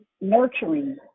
nurturing